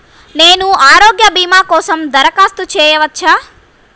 నేను ఆరోగ్య భీమా కోసం దరఖాస్తు చేయవచ్చా?